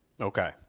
Okay